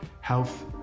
health